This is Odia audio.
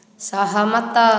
ସହମତ